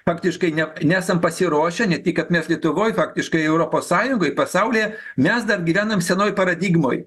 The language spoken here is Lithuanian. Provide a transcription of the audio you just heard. faktiškai ne nesam pasiruošę ne tik kad mes lietuvoje faktiškai europos sąjungoj pasaulyje mes dar gyvenam senoj paradigmoj